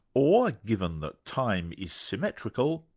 or, given that time is symmetrical,